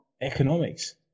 economics